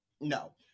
No